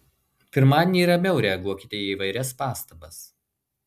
pirmadienį ramiau reaguokite į įvairias pastabas